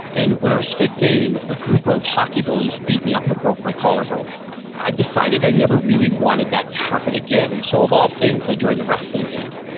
and when i was fifteen, a group of hockey bullies beat me up and broke my collarbone i decided i never really wanted that to happen again. and so of all things, i joined the wrestling team.